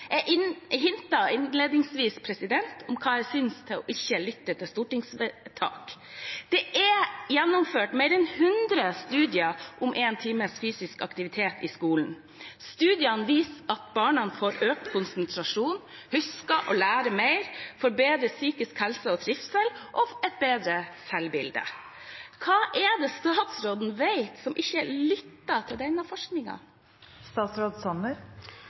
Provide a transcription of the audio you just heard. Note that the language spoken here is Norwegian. om hva jeg synes om ikke å lytte til stortingsvedtak. Det er gjennomført mer enn 100 studier om én times fysisk aktivitet i skolen. Studiene viser at barna får økt konsentrasjon, husker og lærer mer, får bedre psykisk helse, økt trivsel og et bedre selvbilde. Hva er det statsråden vet, siden han ikke lytter til denne